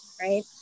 right